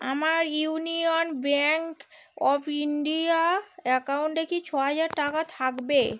আমার Union Bank of India অ্যাকাউন্টে কি ছহাজার টাকা থাকবে